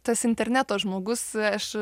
tas interneto žmogus aš